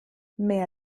mehr